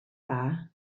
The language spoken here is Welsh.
dda